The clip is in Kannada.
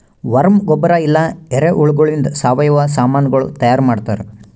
ವರ್ಮ್ ಗೊಬ್ಬರ ಇಲ್ಲಾ ಎರೆಹುಳಗೊಳಿಂದ್ ಸಾವಯವ ಸಾಮನಗೊಳ್ ತೈಯಾರ್ ಮಾಡ್ತಾರ್